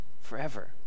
forever